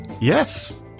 Yes